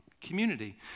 community